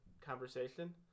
conversation